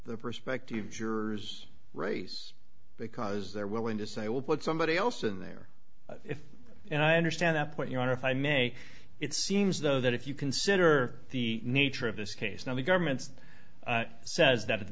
the perspective jurors raise because they're willing to say will put somebody else in there and i understand that point your honor if i may it seems though that if you consider the nature of this case now the government's says that at the